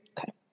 Okay